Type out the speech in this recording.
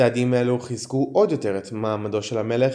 צעדים אלו חיזקו עוד את מעמדו של המלך